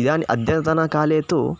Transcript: इदानीम् अद्यतनकाले तु